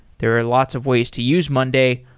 there are lots of ways to use monday,